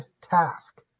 task